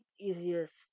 easiest